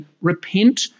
repent